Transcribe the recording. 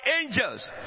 angels